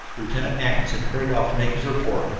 lieutenant mackinson hurried off to make his report,